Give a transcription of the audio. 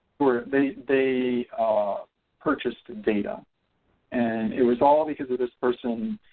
where they they ah purchased data and it was all because of this person.